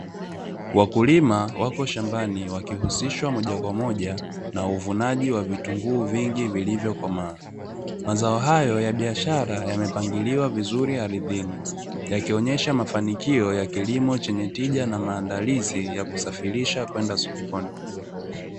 Wakulima wako shambani wakihushishwa moja kwa moja na uvunaji wa vitunguu vingi vilivyo komaa, mazao hayo ya biashara yamepangiliwa vizuri ardhini yakionyesha mafanikio ya kilimo chenye tija na maandalizi ya kusafirisha kwenda sokoni.